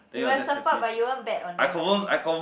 you'll support but you won't bet on them doing